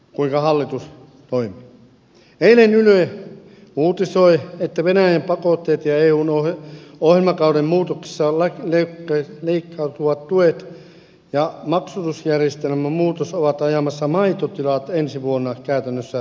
eilen yle uutisoi että venäjän pakotteet ja eun ohjelmakauden muutoksissa leikkautuvat tuet ja maksatusjärjestelmän muutos ovat ajamassa maitotilat ensi vuonna käytännössä talkootöihin